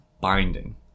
binding